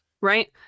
Right